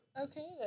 Okay